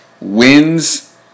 wins